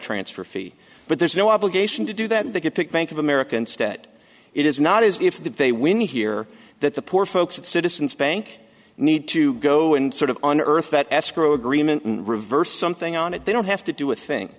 transfer fee but there's no obligation to do that they could pick bank of america instead it is not as if they win here that the poor folks at citizens bank need to go and sort of on earth that escrow agreement in reverse something on it they don't have to do a thing